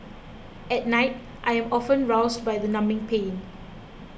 at night I am often roused by the numbing pain